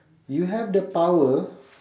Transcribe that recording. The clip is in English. you have the power